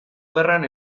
gerran